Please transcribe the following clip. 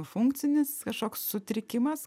funkcinis kažkoks sutrikimas